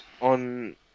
on